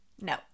No